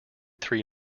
three